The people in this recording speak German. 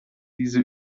diese